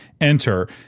enter